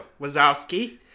Wazowski